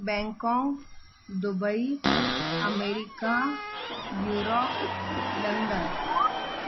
Bangkok Dubai America Europe London